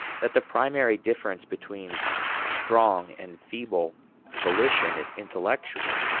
that the primary difference between strong and feeble volition is intellectual,